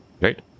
right